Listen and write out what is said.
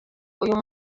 uyu